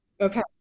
Okay